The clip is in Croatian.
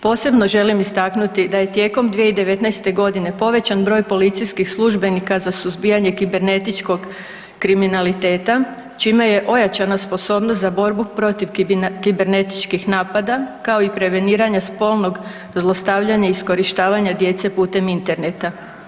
Posebno želim istaknuti da je tijekom 2019.g. povećan broj policijskih službenika za suzbijanje kibernetičkog kriminaliteta, čime je ojačana sposobnost za borbu protiv kibernetičkih napada, kao i preveniranja spolnog zlostavljanja i iskorištavanja djece putem interneta.